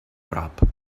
prop